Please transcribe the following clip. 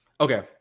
Okay